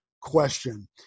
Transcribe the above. question